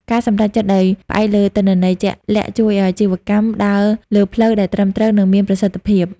ការសម្រេចចិត្តដោយផ្អែកលើទិន្នន័យជាក់លាក់ជួយឱ្យអាជីវកម្មដើរលើផ្លូវដែលត្រឹមត្រូវ និងមានប្រសិទ្ធភាព។